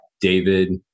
david